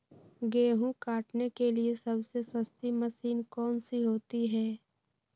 गेंहू काटने के लिए सबसे सस्ती मशीन कौन सी होती है?